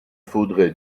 faudrait